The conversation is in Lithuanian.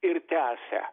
ir tęsia